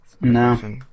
No